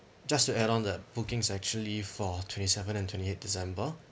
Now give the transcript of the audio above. just to add on that bookings actually for twenty seven and twenty eight december